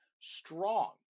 strong